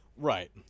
Right